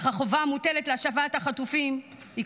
אך החובה המוטלת להשבת החטופים היא,